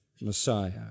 Messiah